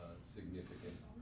significant